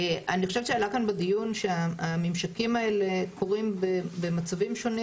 אני חושבת שעלה כאן בדיון שהממשקים האלה קורים במצבים שונים